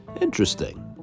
Interesting